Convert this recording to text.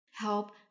help